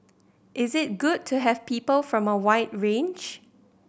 is it good to have people from a wide range